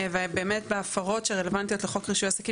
ובאמת בהפרות שרלוונטיות לחוק רישוי עסקים